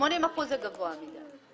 80% זה גבוה מדי,